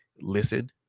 listen